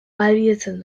ahalbidetzen